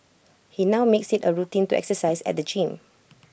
he now makes IT A routine to exercise at the gym